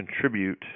contribute